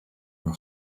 are